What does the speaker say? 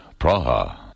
Praha